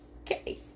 Okay